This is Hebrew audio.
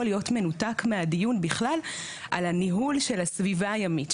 להיות מנותק מהדיון בכלל על הניהול של הסביבה הימית,